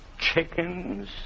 Chickens